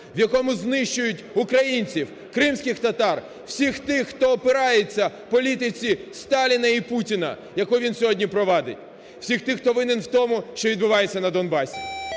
в якому знищують українців, кримських татар – всіх тих, хто опирається політиці Сталіна і Путіна, яку він сьогодні провадить – всіх тих, хто винен в тому, що відбувається на Донбасі.